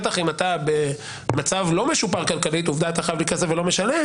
בטח אם אתה במצב לא משופר כלכלית עובדה שאתה חייב לי כסף ולא משלם